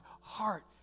heart